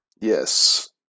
Yes